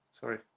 Sorry